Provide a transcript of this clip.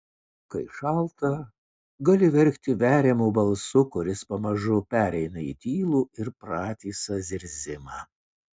kai šalta gali verkti veriamu balsu kuris pamažu pereina į tylų ir pratisą zirzimą